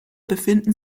befinden